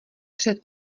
před